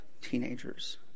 teenagers